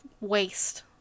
waste